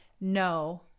no